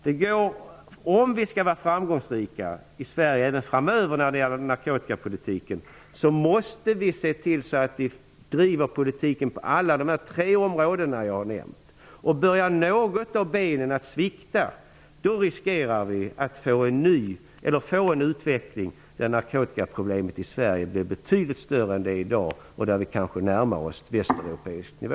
Om vi även framöver skall vara framgångsrika när det gäller narkotikapolitiken i Sverige, måste vi se till att driva politiken på alla de tre områden som jag har nämnt. Börjar något av benen att svikta, finns det risk för att narkotikaproblemet i Sverige blir betydligt större än vad det är i dag och att vi på detta område kanske närmar oss en västeuropeisk nivå.